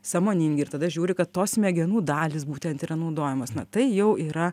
sąmoningi ir tada žiūri kad tos smegenų dalys būtent yra naudojamas na tai jau yra